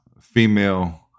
female